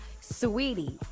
sweetie